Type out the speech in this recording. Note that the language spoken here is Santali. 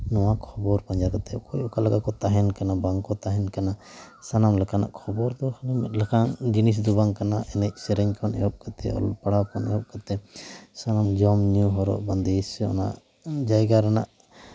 ᱱᱚᱣᱟ ᱠᱷᱚᱵᱚᱨ ᱯᱟᱸᱡᱟ ᱠᱟᱛᱮᱫ ᱚᱠᱚᱭ ᱚᱠᱟ ᱞᱮᱠᱟ ᱠᱚ ᱛᱟᱦᱮᱱ ᱠᱟᱱᱟ ᱵᱟᱝᱠᱚ ᱛᱟᱦᱮᱱ ᱠᱟᱱᱟ ᱥᱟᱱᱟᱢ ᱞᱮᱠᱟᱱᱟᱜ ᱠᱷᱚᱵᱚᱨ ᱫᱚᱦᱚ ᱞᱮᱠᱟᱱ ᱡᱤᱱᱤᱥ ᱫᱚ ᱵᱟᱝ ᱠᱟᱱᱟ ᱮᱱᱮᱡ ᱥᱮᱨᱮᱧ ᱠᱷᱚᱱ ᱮᱦᱚᱵ ᱠᱟᱛᱮᱫ ᱚᱞᱚᱜ ᱯᱟᱲᱦᱟᱣ ᱠᱷᱚᱱ ᱮᱦᱚᱵ ᱠᱟᱛᱮᱜ ᱥᱟᱱᱟᱢ ᱡᱚᱢ ᱡᱚᱢ ᱧᱩ ᱦᱚᱨᱚᱜ ᱵᱟᱸᱫᱮ ᱥᱮ ᱚᱱᱟ ᱤᱧ ᱡᱟᱭᱜᱟ ᱨᱮᱱᱟᱜ